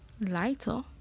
lighter